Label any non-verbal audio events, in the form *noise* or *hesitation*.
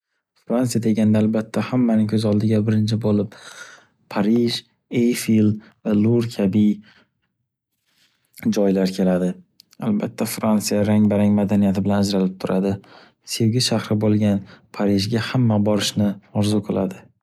Fransiya deganda albatta hammaning ko’z oldiga birinchi bo’lin Parij, Eifil va Lur kabi *hesitation* joylar keladi. Albatta Fransiya rang-barang madaniyati bilan ajralib turadi. Sevgi shahri bo’lgan Parijga hamma borishni orzu qiladi.